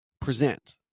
present